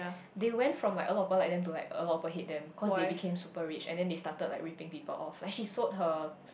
they went from like a lot of people like them to a lot people hate them cause they became super rich and then they started like ripping people off like she sold her